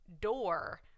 door